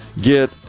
get